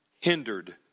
hindered